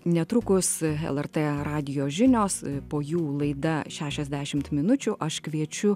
netrukus lrt radijo žinios po jų laida šešiasdešimt minučių aš kviečiu